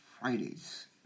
Friday's